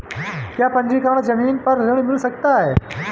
क्या पंजीकरण ज़मीन पर ऋण मिल सकता है?